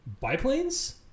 Biplanes